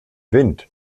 wind